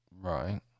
right